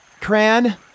Cran